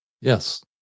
Yes